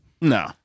No